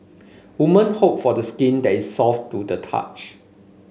women hope for the skin that is soft to the touch